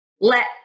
let